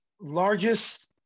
largest